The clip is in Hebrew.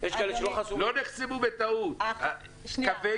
הדיון כרגע הוא הטלפון של ועדת הרבנים שחוסם קווי